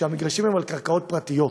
שהמגרשים הם על קרקעות פרטיות,